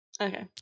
Okay